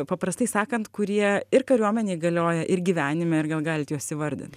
paprastai sakant kurie ir kariuomenėj galioja ir gyvenime ir gal galit juos įvardinti